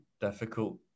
difficult